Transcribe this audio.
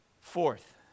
Fourth